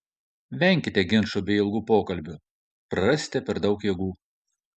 venkite ginčų bei ilgų pokalbių prarasite per daug jėgų